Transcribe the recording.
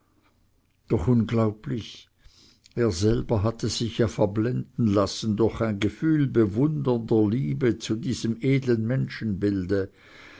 doch unglaublich er selber hatte sich ja verblenden lassen durch ein gefühl bewundernder liebe zu diesem edlen menschenbilde